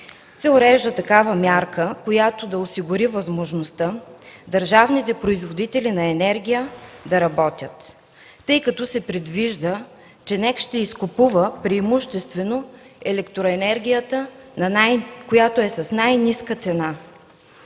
се урежда такава мярка, която да осигури възможността държавните производители на енергия да работят, тъй като се предвижда, че НЕК ще изкупува преимуществено електроенергията, която е с най-ниска цена,